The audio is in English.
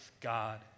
God